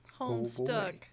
Homestuck